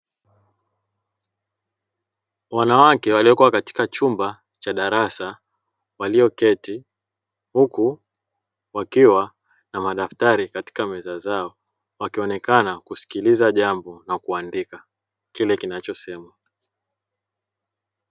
Wanawake waliokua katika chumba cha darasa walioketi huku wakiwa na madaftari katika meza zao wakionekana kusikiliza jambo na kuandika kile kinachosemwa.